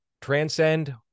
Transcend